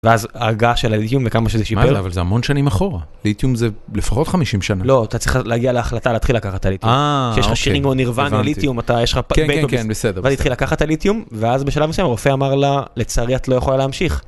ואז ההרגעה של הליטיום וכמה שזה שיפר. מה זה אבל זה המון שנים אחורה, ליטיום זה לפחות 50 שנה. לא, אתה צריך להגיע להחלטה להתחיל לקחת את הליטיום. אה, אוקיי, הבנתי. שיש לך שירים כמו נירוונה ליטיום, אתה יש לך... כן, כן, כן, בסדר. ואז היא התחילה לקחת את הליטיום, ואז בשלב מסוים הרופא אמר לה, לצערי את לא יכולה להמשיך.